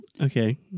Okay